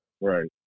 Right